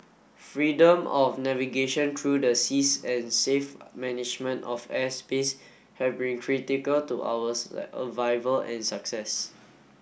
freedom of navigation through the seas and safe management of airspace have been critical to our survival and success